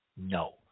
No